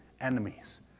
enemies